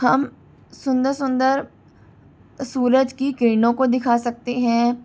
हम सुंदर सुंदर सूरज की किरणों को दिखा सकते हैं